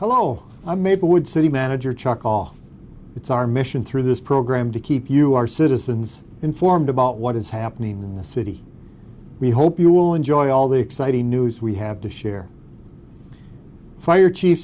wood city manager chuck all it's our mission through this program to keep you our citizens informed about what is happening in the city we hope you will enjoy all the exciting news we have to share fire chief